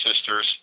sisters